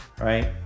right